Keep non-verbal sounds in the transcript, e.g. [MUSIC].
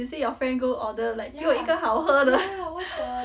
you say your friend go order like 只有一个好喝的 [LAUGHS]